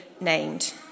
named